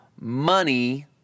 money